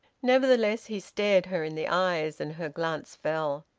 nevertheless he stared her in the eyes, and her glance fell.